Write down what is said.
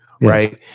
right